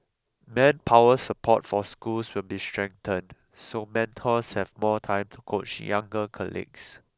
manpower support for schools will be strengthened so mentors have more time to coach younger colleagues